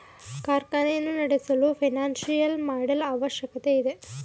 ಕಾರ್ಖಾನೆಯನ್ನು ನಡೆಸಲು financial model ಅವಶ್ಯಕತೆ ಇದೆ